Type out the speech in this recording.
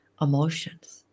emotions